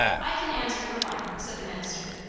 i can answer for one, said the minister.